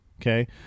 Okay